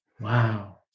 Wow